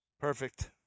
Perfect